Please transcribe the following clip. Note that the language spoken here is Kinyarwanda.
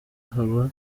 haba